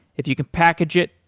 if you can package it,